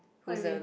what you mean